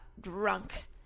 drunk